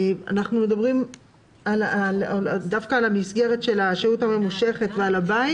אנחנו מדברים דווקא על המסגרת של השהות הממושכת ועל הבית